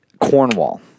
Cornwall